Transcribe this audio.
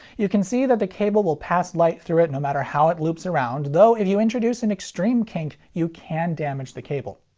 you can see that the cable will pass light through it no matter how it loops around, though if you introduce an extreme kink, you can damage the cable.